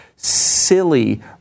silly